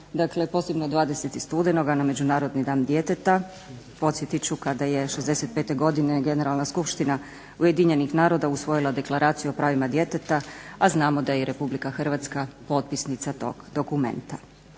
Dakle, posebno 20. studenoga na Međunarodni dan djeteta. Podsjetit ću kada '65. godine Generalna skupština UN-a usvojila Deklaraciju o pravima djeteta, a znamo da je i RH potpisnica tog dokumenta.